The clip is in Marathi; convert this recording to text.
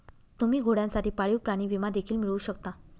तुम्ही घोड्यांसाठी पाळीव प्राणी विमा देखील मिळवू शकता